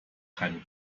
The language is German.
keine